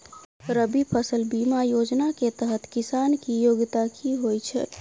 रबी फसल बीमा योजना केँ तहत किसान की योग्यता की होइ छै?